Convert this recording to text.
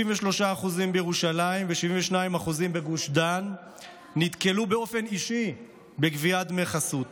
63% בירושלים ו-72% בגוש דן נתקלו באופן אישי בגביית דמי חסות,